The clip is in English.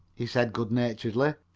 he said good-naturedly.